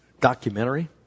documentary